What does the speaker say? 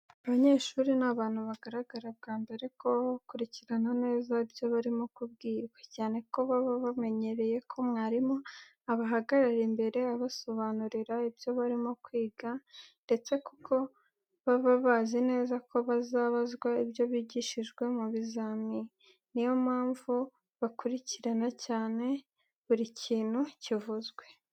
Abanyeshuri ni abantu bagaragara bwa mbere ko baba bakurikirana neza ibyo barimo kubwirwa, cyane ko baba bamenyereye ko mwarimu abahagarara imbere abasobanurira ibyo barimo kwiga, ndetse kuko baba bazi neza ko bazabazwa ibyo bigishijwe mu bizamini, niyo mpamvu bakurikirana cyane buri kintu kivuzwe.